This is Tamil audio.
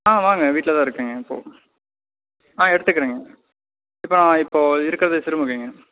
ஆ வாங்க வீட்டில் தான் இருக்கேங்க இப்போது ஆ எடுத்துக்கிறேங்க இப்போ நான் இப்போது இருக்கிறது சிறுமுகைங்க